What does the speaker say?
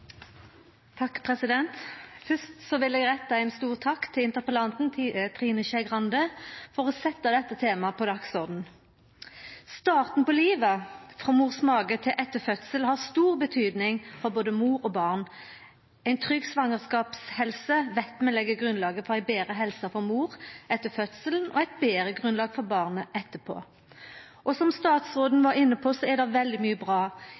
takk til interpellanten, Trine Skei Grande, for å setja dette temaet på dagsordenen. Starten på livet, frå mors mage til etter fødselen, har stor betydning for både mor og barn. Ei trygg svangerskapshelse veit vi legg grunnlaget for ei betre helse for mor etter fødselen – og eit betre grunnlag for barnet. Som statsråden var inne på, er det veldig mykje bra